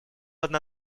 одна